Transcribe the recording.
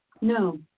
No